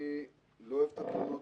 אני לא אוהב את התלונות,